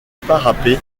parapet